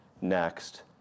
next